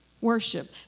Worship